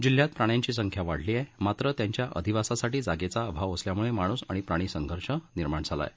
जिल्ह्यात प्राण्यांची संख्या वाढली आहे मात्र त्यांच्या अधिवासासाठी जागेचा अभाव असल्याम्ळे माणूस आणि प्राणी संघर्ष निर्माण झाला आहे